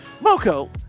moco